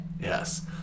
Yes